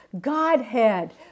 Godhead